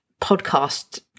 podcast